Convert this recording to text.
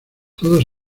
todos